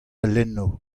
lenno